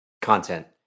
content